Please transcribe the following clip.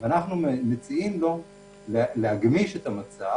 אנחנו מציעים לו להגמיש את המצב,